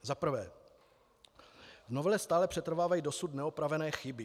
Za prvé: V novele stále přetrvávají dosud neopravené chyby.